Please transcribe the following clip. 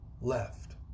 left